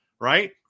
right